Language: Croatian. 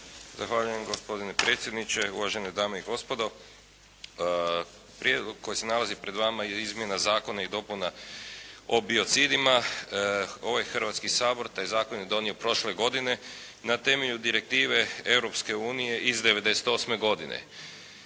Zahvaljujem gospodine predsjedniče, uvažene dame i gospodo. Prijedlog koji se nalazi pred vama je izmjena zakona i dopuna o biocidima. Ovaj Hrvatski sabor taj zakon je donio prošle godine na temelju Direktive Europske unije iz '98. godine.